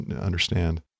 understand